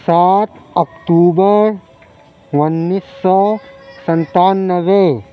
سات اکتوبر اُنیس سو ستانوے